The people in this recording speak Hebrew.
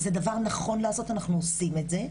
המדינה היום מסבסדת בצורה אין-סופית,